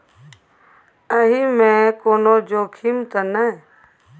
एहि मे कोनो जोखिम त नय?